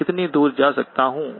मैं कितनी दूर जा सकता हूं